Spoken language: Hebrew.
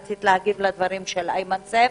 רצית להגיב לדברים של איימן סייף.